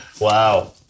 Wow